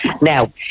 Now